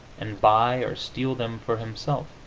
and buy or steal them for himself.